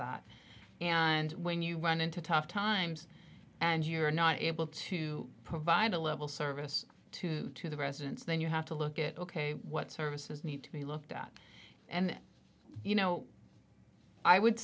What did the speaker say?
that and when you run into tough times and you're not able to provide a level service to to the residents then you have to look at ok what services need to be looked at and you know i would